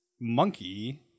monkey